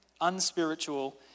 unspiritual